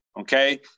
okay